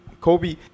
kobe